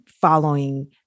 following